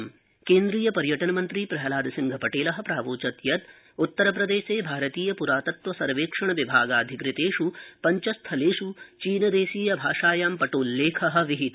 प्रातत्वकेन्द्राणि केन्द्रीयपर्यटनमन्त्री प्रह्नादसिंहपटेल प्रावोचत् यत् उत्तरप्रदेशे भारतीय प्रातत्वसर्वेक्षण विभागाधिकृतेष् पञ्च स्थलेष् चीनदेशीयभाषायां पटोल्लेखो विहित